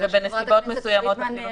ובנסיבות מסוימות אפילו שנתיים.